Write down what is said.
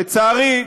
לצערי,